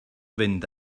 fynd